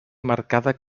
marcada